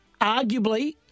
Arguably